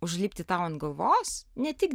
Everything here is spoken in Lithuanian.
užlipti tau ant galvos ne tik